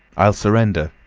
i'll surrender,